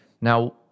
Now